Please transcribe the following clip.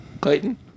Clayton